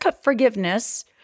forgiveness